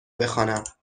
بخوانم